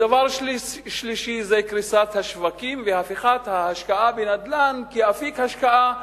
דבר שלישי זה קריסת השווקים והפיכת ההשקעה בנדל"ן לאפיק השקעה משתלם.